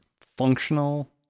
functional